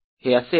हे असेल